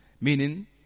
Meaning